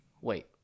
Wait